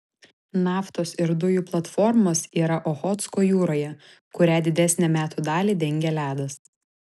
naftos ir dujų platformos yra ochotsko jūroje kurią didesnę metų dalį dengia ledas